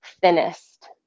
thinnest